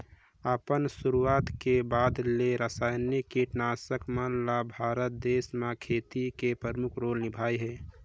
अपन शुरुआत के बाद ले रसायनिक कीटनाशक मन ल भारत देश म खेती में प्रमुख रोल निभाए हे